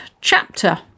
chapter